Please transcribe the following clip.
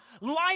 Life